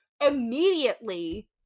immediately